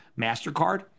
MasterCard